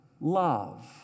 love